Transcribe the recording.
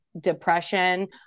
depression